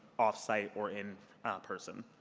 off-site or in person.